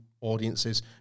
audiences